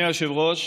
אדוני היושב-ראש,